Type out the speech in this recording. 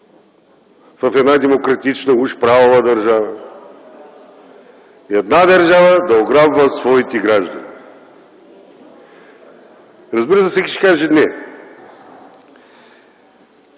в една демократична, уж правова държава една държава да ограбва своите граждани?! Разбира се, всеки ще каже „не”.